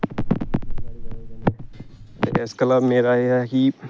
इस गल्ला मेरा एह् ऐ कि